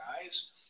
guys